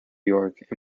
york